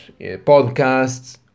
podcasts